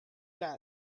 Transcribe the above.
that